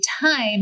time